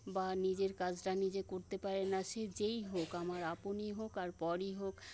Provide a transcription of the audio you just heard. বা নিজের কাজটা নিজে করতে পারে না সে যেই হোক আমার আপনই হোক আর পরই হোক